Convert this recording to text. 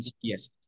yes